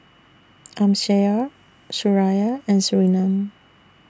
Amsyar Suraya and Surinam